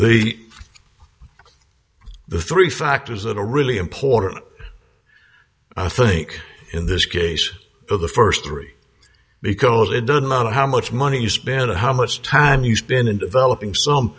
the the three factors that are really important i think in this case are the first three because it doesn't matter how much money you spent or how much time he's been in developing some